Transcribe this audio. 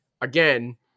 again